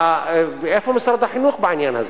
ואיפה משרד החינוך בעניין הזה?